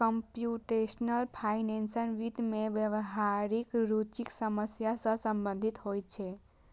computational finance वित्त मे व्यावहारिक रुचिक समस्या सं संबंधित होइ छै